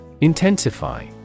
Intensify